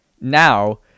now